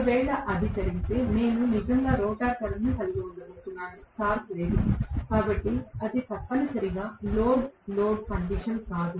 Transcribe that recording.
ఒకవేళ అది జరిగితే నేను నిజంగా రోటర్ కరెంట్ను కలిగి ఉండబోతున్నాను టార్క్ లేదు కాబట్టి ఇది తప్పనిసరిగా లోడ్ లోడ్ కండిషన్ కాదు